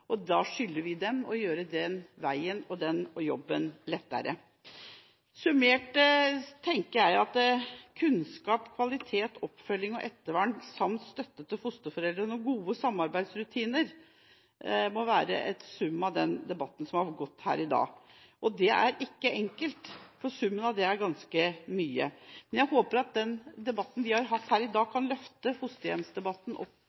samfunnet. Da skylder vi dem å gjøre den veien og jobben lettere. Summert tenker jeg at kunnskap, kvalitet, oppfølging og ettervern samt støtte til fosterforeldrene og gode samarbeidsrutiner må være en sum av den debatten som har vært her i dag. Det er ikke enkelt. Summen av det er ganske mye. Men jeg håper at debatten vi har hatt i dag, kan løfte fosterhjemsdebatten opp,